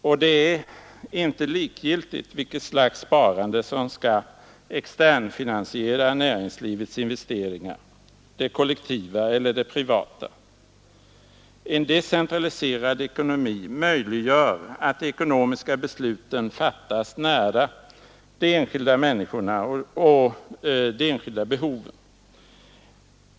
Det är t.ex. inte likgiltigt vilket slags sparande som skall externfinansiera näringslivets investeringar det kollektiva eller det privata. En decentraliserad ekonomi möjliggör att de ekonomiska besluten fattas nära de enskilda människorna och de enskilda behoven.